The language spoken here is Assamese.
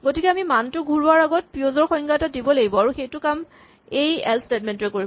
গতিকে আমি মানটো ঘূৰোৱাৰ আগত পিঅ'ছ সংজ্ঞা এটা দিব লাগিব আৰু সেইটো কাম এই এল্চ স্টেটমেন্ট টোৱে কৰিব